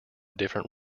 different